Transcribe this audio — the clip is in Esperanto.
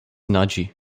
naĝi